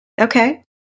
Okay